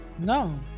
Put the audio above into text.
no